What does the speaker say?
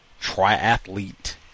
triathlete